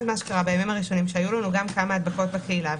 אז בימים הראשונים היו לנו כמה הדבקות בקהילה,